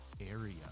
area